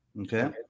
okay